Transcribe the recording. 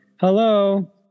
hello